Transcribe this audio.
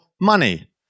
money